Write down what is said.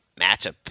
matchup